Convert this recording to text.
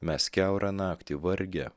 mes kiaurą naktį vargę